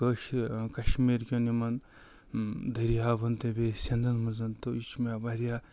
کٲشہٕ کَشمیٖر کٮ۪ن یِمَن دٔریاوَن تہِ بیٚیہِ سٮ۪نٛدَن منٛز تہٕ یہِ چھِ مےٚ واریاہ